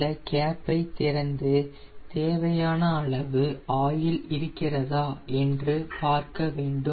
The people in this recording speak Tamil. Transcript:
இந்த கேப் ஐ திறந்து தேவையான அளவு ஆயில் இருக்கிறதா என்று பார்க்க வேண்டும்